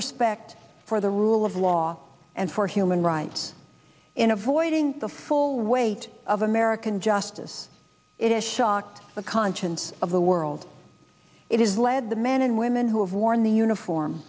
respect for the rule of law and for human rights in avoiding the full weight of american justice it is shock the conscience of the world it is lead the men and women who have worn the uniform